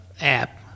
app